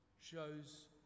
shows